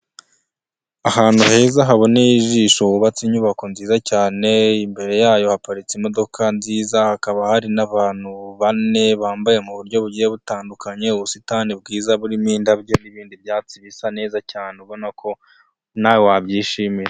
Ahantu heza haboneye ijisho, hubatse inyubako nziza cyane, imbere yayo haparitse imodoka nziza, hakaba hari n'abantu bane bambaye mu buryo bugiye butandukanye, ubusitani bwiza burimo indabyo n'ibindi byatsi bisa neza cyane, ubona ko nawe wabyishimira.